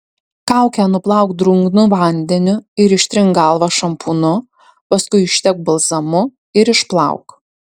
kaukę nuplauk drungnu vandeniu ir ištrink galvą šampūnu paskui ištepk balzamu ir išplauk